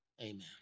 Amen